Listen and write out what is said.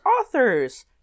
authors